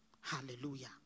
Hallelujah